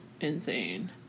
insane